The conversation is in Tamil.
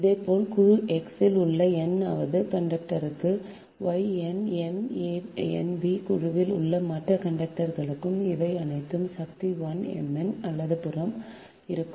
இதேபோல் குழு X இல் உள்ள n வது கண்டக்டருக்கு Y n a n b குழுவில் உள்ள மற்ற கண்டக்டர்களுக்கு இவை அனைத்தும் சக்தி 1 m n வலதுபுறம் இருக்கும்